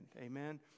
Amen